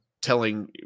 telling